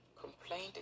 complained